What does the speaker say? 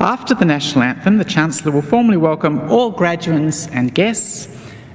after the national anthem, the chancellor will formally welcome all graduates and guests